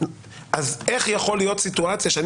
אז איך יכולה להיות סיטואציה שאני